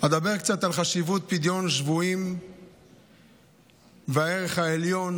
אדבר קצת על חשיבות פדיון שבויים והערך העליון